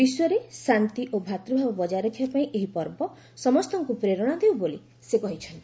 ବିଶ୍ୱରେ ଶାନ୍ତି ଓ ଭ୍ରାତୃଭାବ ବଜାୟ ରଖିବାପାଇଁ ଏହି ପର୍ବ ସମସ୍ତଙ୍କୁ ପ୍ରେରଣା ଦେଉ ବୋଲି ସେ କହିଛନ୍ତି